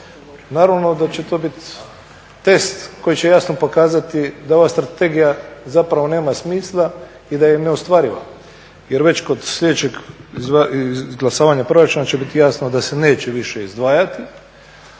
Naravno da će to biti test koji će jasno pokazati da ova strategija zapravo nema smisla i da je neostvariva jer već kod sljedećeg izglasavanja proračuna će biti jasno da se neće više izdvajati.